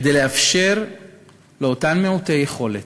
כדי לאפשר לאותם מעוטי יכולת,